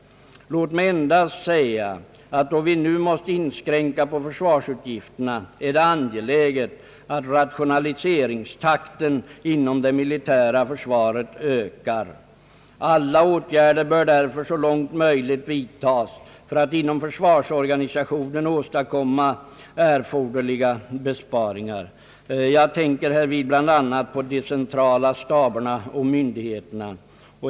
Låt mig endast säga, att då vi nu måste inskränka på försvarsutgifterna är det angeläget att rationaliseringstakten inom det militära försvaret ökar. Alla åtgärder bör därför så långt möjligt vidtas för att inom försvarsorganisationen åstadkomma erforderliga besparingar. Jag tänker härvid bl.a. på de centrala staberna och myndigheterna.